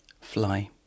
Fly